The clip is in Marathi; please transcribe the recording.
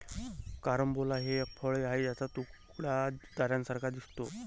कारंबोला हे एक फळ आहे ज्याचा तुकडा ताऱ्यांसारखा दिसतो